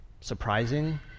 surprising